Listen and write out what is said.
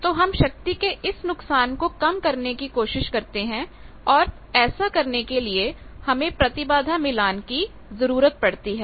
तो हम शक्ति के इस नुकसान को कम करने की कोशिश करते हैं और और ऐसा करने के लिए हमें प्रतिबाधा मिलान की जरूरत पड़ती है